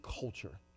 culture